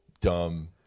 dumb